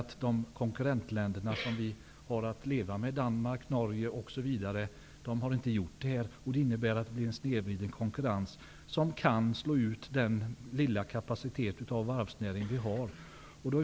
Men de konkurrentländer som vi har att leva med -- t.ex. Danmark och Norge -- har inte gjort samma sak. Det innebär att det blir en snedvriden konkurrens, som kan medföra en utslagning av den obetydliga kapacitet som vi har när det gäller varvsnäringen.